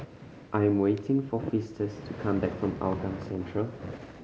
I am waiting for Festus to come back from Hougang Central